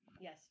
Yes